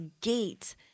gate